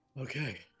Okay